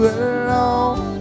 alone